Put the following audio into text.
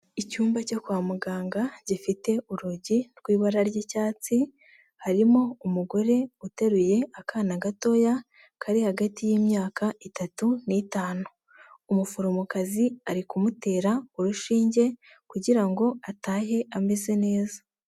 Icyumba cyo kwa muganga gifite urugi rw'ibara ry'icyatsi harimo umugore uteruye akana gatoya kari hagati y'imyaka itatu n'itanu, umuforomokazi ari kumutera urushinge kugira ngo atahe ameze neza.